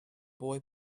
boy